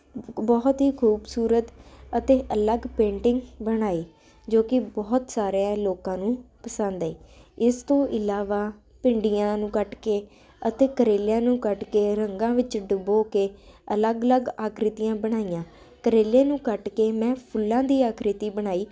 ਬਹੁਤ ਹੀ ਖੂਬਸੂਰਤ ਅਤੇ ਅਲੱਗ ਪੇਂਟਿੰਗ ਬਣਾਈ ਜੋ ਕਿ ਬਹੁਤ ਸਾਰੇ ਲੋਕਾਂ ਨੂੰ ਪਸੰਦ ਆਈ ਇਸ ਤੋਂ ਇਲਾਵਾ ਭਿੰਡੀਆਂ ਨੂੰ ਕੱਟ ਕੇ ਅਤੇ ਕਰੇਲਿਆਂ ਨੂੰ ਕੱਢ ਕੇ ਰੰਗਾਂ ਵਿੱਚ ਡੁੱਬੋ ਕੇ ਅਲੱਗ ਅਲੱਗ ਆਕਰਤੀਆਂ ਬਣਾਈਆਂ ਕਰੇਲੇ ਨੂੰ ਕੱਟ ਕੇ ਮੈਂ ਫੁੱਲਾਂ ਦੀ ਆਕ੍ਰਿਤੀ ਬਣਾਈ